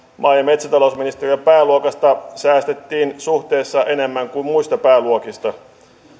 maa ja metsätalousministeriön pääluokasta säästettiin suhteessa enemmän kuin muista pääluokista